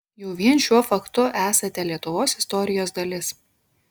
jau vien šiuo faktu esate lietuvos istorijos dalis